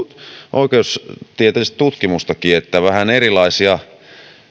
oikeustieteellistä tutkimustakin että vähän erilaisia